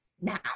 now